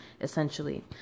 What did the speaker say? essentially